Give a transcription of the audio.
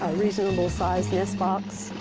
reasonable sized nest box,